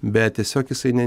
bet tiesiog jisai ne